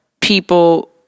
people